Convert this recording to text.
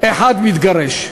אחד מתגרש.